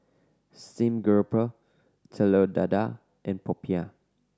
steamed garoupa Telur Dadah and popiah